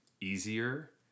easier